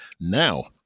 Now